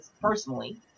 personally